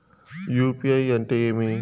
UPI అంటే ఏమి?